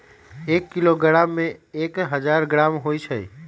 एक किलोग्राम में एक हजार ग्राम होई छई